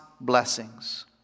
blessings